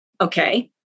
okay